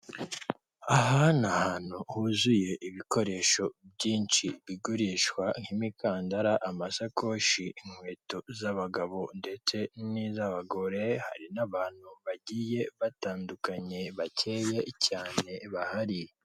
Aha ni ahantu huzuye ibikoresho byinshi igurishwa nk'imikandara, amasakoshi, inkweto z'abagabo ndetse n'iz'abagore, hari n'abantu bagiye batandukanye bakeya cyane bahari.